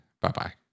Bye-bye